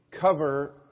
cover